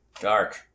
Dark